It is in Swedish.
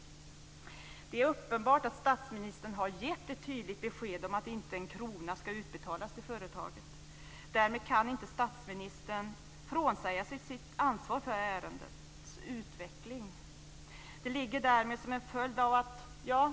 Det är uppenbart att statsministern har gett ett tydligt besked om att inte en krona ska utbetalas till företaget Rikta. Därmed kan statsministern inte frånsäga sig sitt ansvar för ärendets utveckling.